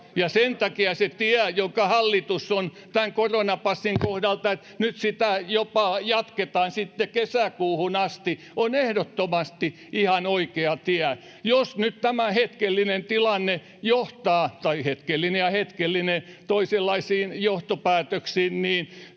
sen takia se tie, jonka hallitus on tämän koronapassin kohdalta valinnut, että nyt tätä jopa jatketaan kesäkuuhun asti, on ehdottomasti ihan oikea tie. Jos nyt tämä hetkellinen tilanne johtaa — tai hetkellinen ja hetkellinen — toisenlaisiin johtopäätöksiin, niin